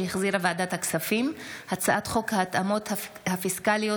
הצעת חוק ההתאמות הפיסקליות,